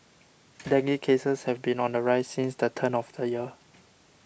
dengue cases have been on the rise since the turn of the year